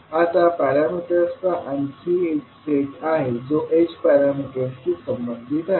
आता पॅरामीटर्सचा आणखी एक सेट आहे जो h पॅरामीटर्सशी संबंधित आहे